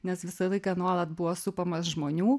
nes visą laiką nuolat buvo supamas žmonių